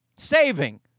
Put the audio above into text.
saving